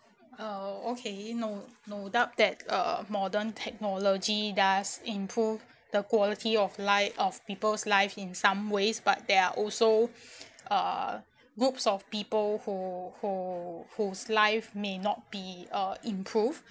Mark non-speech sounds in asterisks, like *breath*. uh okay no no doubt that uh modern technology does improve the quality of life of people's lives in some ways but there are also *breath* uh groups of people who who who's life may not be uh improved